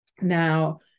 now